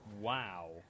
Wow